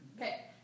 Okay